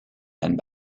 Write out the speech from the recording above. and